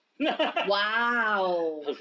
Wow